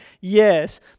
yes